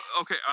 okay